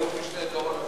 אלוף-משנה דורון אביטל.